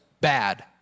bad